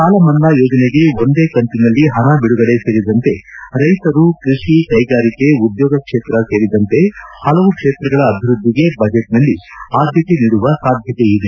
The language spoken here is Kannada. ಸಾಲ ಮನ್ನಾ ಯೋಜನೆಗೆ ಒಂದೇ ಕಂತಿನಲ್ಲಿ ಹಣ ಬಿಡುಗಡೆ ಸೇರಿದಂತೆ ರೈತರು ಕೃಷಿ ಕೈಗಾರಿಕೆ ಉದ್ಯೋಗ ಕ್ಷೇತ್ರ ಸೇರಿದಂತೆ ಹಲವು ಕ್ಷೇತ್ರಗಳ ಅಭಿವೃದ್ಧಿಗೆ ಬಜೆಟ್ನಲ್ಲಿ ಆದ್ಯತೆ ನೀಡುವ ಸಾಧ್ಯತೆ ಇದೆ